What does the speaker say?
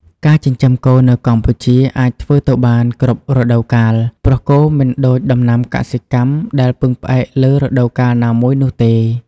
ការចិញ្ចឹមគោនៅកម្ពុជាអាចធ្វើទៅបាន គ្រប់រដូវកាល ព្រោះគោមិនដូចដំណាំកសិកម្មដែលពឹងផ្អែកលើរដូវកាលណាមួយនោះទេ។